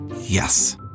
Yes